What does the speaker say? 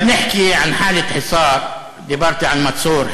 (אומר דברים בשפה הערבית) דיברתי על מצור.